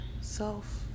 self